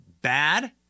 bad